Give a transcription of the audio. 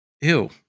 Ew